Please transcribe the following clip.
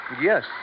Yes